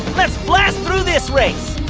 let's blast through this race